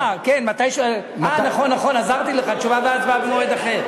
אה, נכון, עזרתי לך, תשובה והצבעה במועד אחר.